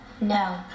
No